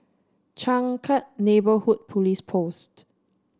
Changkat Neighbourhood Police Post